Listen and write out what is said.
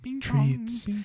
treats